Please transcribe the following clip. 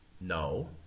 No